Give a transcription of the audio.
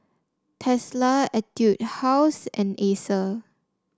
Tesla Etude House and Acer